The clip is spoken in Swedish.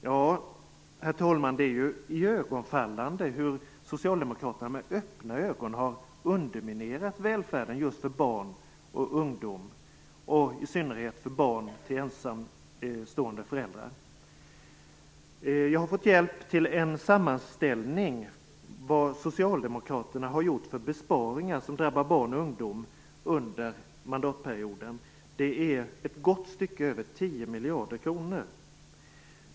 Det är iögonfallande, herr talman, hur Socialdemokraterna med öppna ögon har underminerat välfärden just för barn och ungdom, och i synnerhet för barn till ensamstående föräldrar. Jag har fått hjälp till en sammanställning över vilka besparingar som Socialdemokraterna har gjort som drabbar barn och ungdom under mandatperioden. Det är ett gott stycke över 10 miljarder kronor.